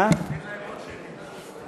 חברי הכנסת, נא לשבת.